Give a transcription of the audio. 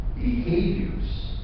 Behaviors